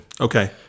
Okay